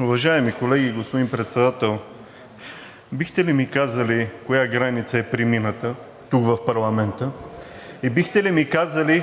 Уважаеми колеги! Господин Председател, бихте ли ми казали коя граница е премината тук, в парламента, и бихте ли ми казали